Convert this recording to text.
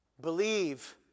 Believe